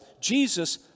Jesus